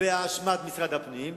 באשמת משרד הפנים.